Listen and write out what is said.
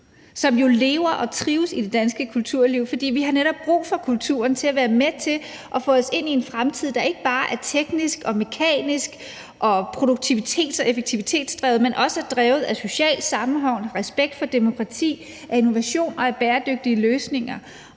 som jo lever og trives i det danske kulturliv. For vi har netop brug for kulturen til at være med til at få os ind i en fremtid, der ikke bare er teknisk og mekanisk og produktivitets- og effektivitetsdrevet, men også er drevet af socialt sammenhold, af respekt for demokrati, af innovation og af bæredygtige løsninger.